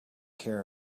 care